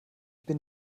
bin